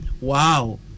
wow